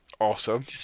Awesome